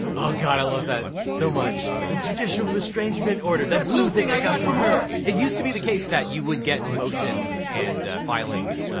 oh god, i love that so much. the judicial mistrangement order! that blue thing i got from her! it used to be the case that you would get motions and filings,